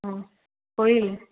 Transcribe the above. অ' কৰিলে